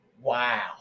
wow